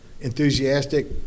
enthusiastic